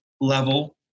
level